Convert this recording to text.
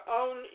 own